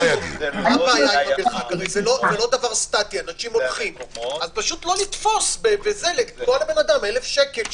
לא לתקוע לבן אדם 1,000 שקל,